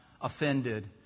offended